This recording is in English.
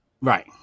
right